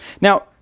now